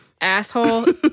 asshole